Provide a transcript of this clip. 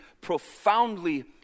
profoundly